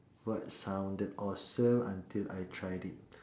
what sounded awesome until I tried it